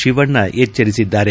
ತಿವಣ್ಣ ಎಚ್ದರಿಸಿದ್ದಾರೆ